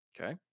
Okay